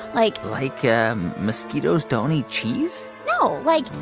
like. like um mosquitoes don't eat cheese? no. like,